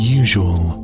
usual